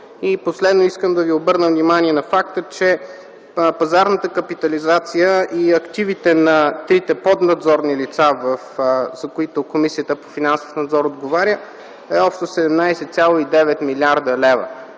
Последно, искам да ви обърна внимание на факта, че пазарната капитализация и активите на трите поднадзорни лица, за които Комисията по финансов надзор отговаря, е общо 17,9 млрд. лв.